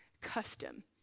custom